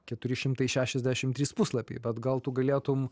keturi šimtai šešiasdešim trys puslapiai bet gal tu galėtum